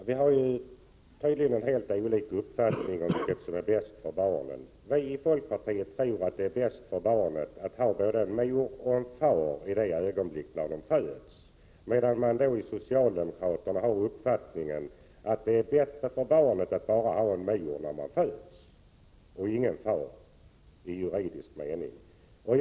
Herr talman! Vi har tydligen helt olika uppfattning om vad som är bäst för barnet. Vi i folkpartiet tror att det är bäst för barnet att ha både en mor och en far då det föds, medan socialdemokraterna har uppfattningen att det är bättre för barnet att i juridisk mening bara ha en mor när det föds och ingen far.